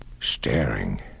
staring